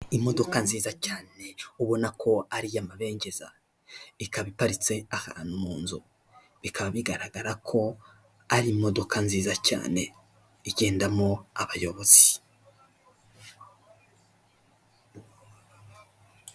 Imodoka nziza cyane, ubona ko ari iy’amabengeza, ikaba iparitse ahantu mu nzu, bikaba bigaragara ko ari imodoka nziza cyane igendamo abayobozi.